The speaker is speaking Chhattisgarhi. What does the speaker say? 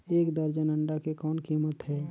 एक दर्जन अंडा के कौन कीमत हे?